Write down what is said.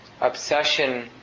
obsession